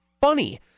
funny